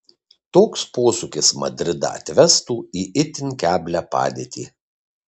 toks posūkis madridą atvestų į itin keblią padėtį